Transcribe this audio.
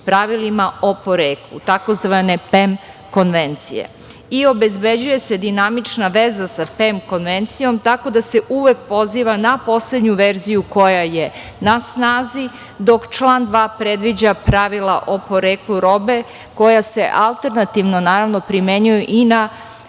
pravilima o poreklu, tzv. PEM konvencije, i obezbeđuje se dinamična veza sa PEM konvencijom tako da se uvek poziva na poslednju verziju koja je na snazi, dok član 2. predviđa pravila o poreklu robe koja se alternativno primenjuje i na